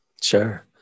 Sure